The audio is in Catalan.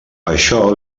això